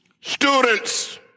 students